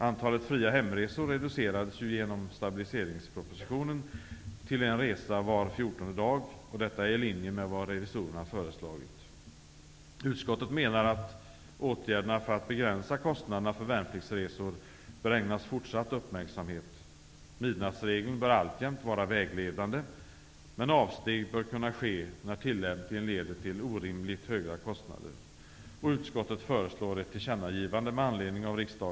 Antalet fria hemresor reducerades ju genom stabiliseringspropositionen till en resa var fjortonde dag, och detta är i linje med vad revisorerna har föreslagit. Utskottet menar att åtgärderna för att begränsa kostnaderna för värnpliktsresor bör ägnas fortsatt uppmärksamhet. Midnattsregeln bör alltjämt vara vägledande, men avsteg bör kunna ske när tillämpningen leder till orimligt höga kostnader. Herr talman!